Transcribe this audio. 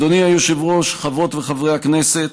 אדוני היושב-ראש, חברות וחברי הכנסת,